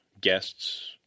guests